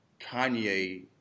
Kanye